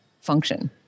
function